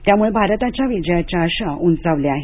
त्यामुळे भारताच्या विजयाच्या आशा उंचावल्या आहेत